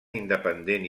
independent